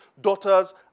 daughters